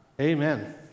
Amen